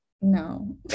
no